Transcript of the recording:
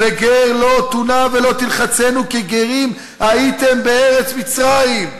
'וגר לא תונה ולא תלחצנו כי גרים הייתם בארץ מצרים'